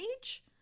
age